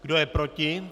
Kdo je proti?